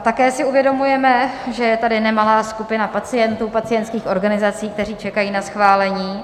Také si uvědomujeme, že je tady nemalá skupina pacientů, pacientských organizací, kteří čekají na schválení.